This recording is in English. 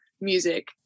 music